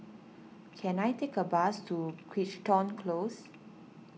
can I take a bus to Crichton Close